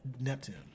Neptune